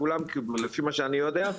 כולם קיבלו לפי מה שאני יודע,